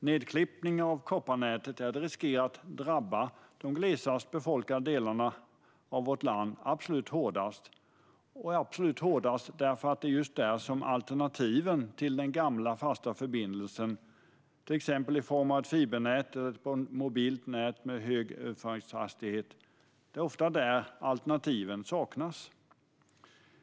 Nedklippningen av kopparnätet riskerar att drabba de glesast befolkade delarna av vårt land absolut hårdast eftersom det ofta är där alternativen till den gamla fasta förbindelsen, till exempel i form av ett fibernät eller ett mobilt nät med hög överföringshastighet, saknas.